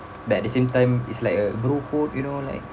but at the same time it's like a bro code you know like